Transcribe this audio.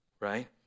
right